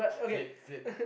Philip Philip